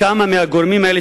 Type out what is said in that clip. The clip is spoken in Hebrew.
כמה מהגורמים האלה,